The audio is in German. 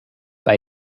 bei